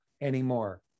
anymore